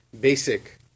basic